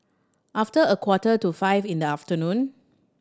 after a quarter to five in the afternoon